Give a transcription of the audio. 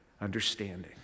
understanding